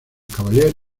cavaliers